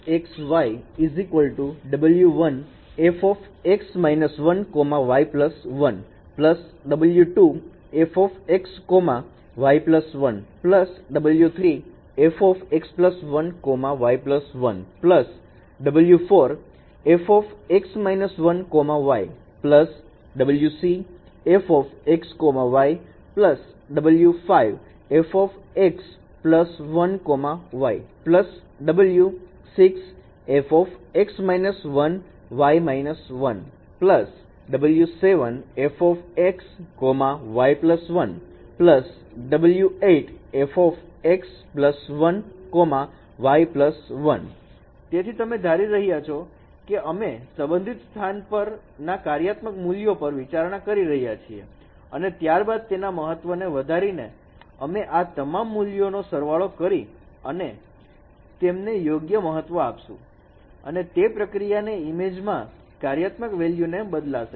gx y w1fx − 1 y 1 w2fx y 1 w3fx 1 y 1 w4fx − 1 y wcfx y w5fx 1 y w6fx − 1 y − 1 w7fx y 1 w8fx 1 y 1 તેથી અમે ધારી રહ્યા છીએ કે અમે સંબંધિત સ્થાન પર ના કાર્યાત્મક મૂલ્યો પર વિચારણા કરી રહ્યા છીએ અને ત્યારબાદ તેના મહત્વને વધારીને અમે આ તમામ મૂલ્યો નો સરવાળો કરી અને તમને યોગ્ય મહત્વ આપશુ અને તે પ્રક્રિયાને ઈમેજમાં કાર્યાત્મક વેલ્યુ ને બદલશે